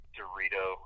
Dorito